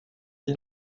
des